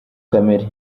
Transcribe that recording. kamere